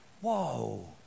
Whoa